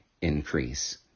increase